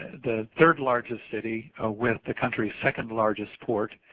the third largest city ah with the countryis second largest port